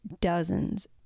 dozens